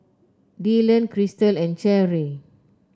Dylan Krystle and Cherri